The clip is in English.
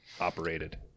operated